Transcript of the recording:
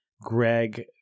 Greg